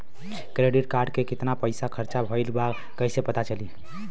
Credit card के कितना पइसा खर्चा भईल बा कैसे पता चली?